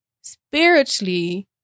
spiritually